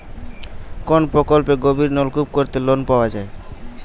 কোন প্রকল্পে গভির নলকুপ করতে লোন পাওয়া য়ায়?